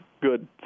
good